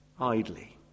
idly